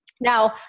Now